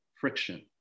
friction